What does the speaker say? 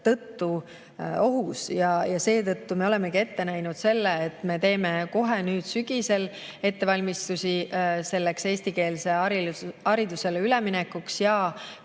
tõttu ohus. Seetõttu me olemegi ette näinud selle, et teeme kohe sügisel ettevalmistusi eestikeelsele haridusele üleminekuks.